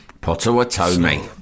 potawatomi